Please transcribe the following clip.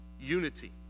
unity